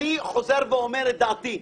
אני חוזר ואומר את דעתי.